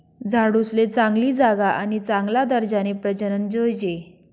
झाडूसले चांगली जागा आणि चांगला दर्जानी प्रजनन जोयजे